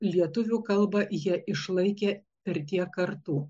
lietuvių kalbą jie išlaikė per tiek kartų